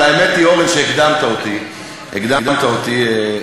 אבל האמת היא, אורן, שהקדמת אותי, הקדמת אותי.